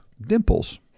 dimples